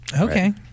okay